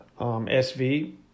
SV